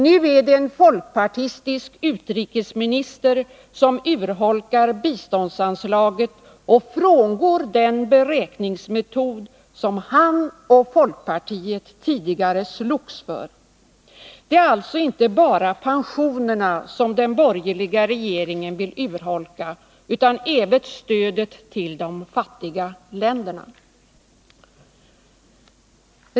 Nu är det en folkpartistisk utrikesminister som urholkar biståndsanslaget och frångår den beräkningsmetod som han och folkpartiet tidigare slogs för. Det är alltså inte bara pensionerna som den borgerliga regeringen vill urholka utan även stödet till de fattiga länderna.